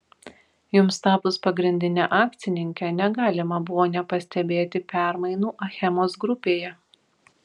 jums tapus pagrindine akcininke negalima buvo nepastebėti permainų achemos grupėje